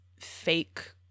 fake